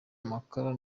amakara